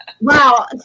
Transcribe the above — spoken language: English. Wow